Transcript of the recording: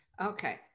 okay